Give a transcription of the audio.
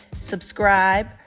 subscribe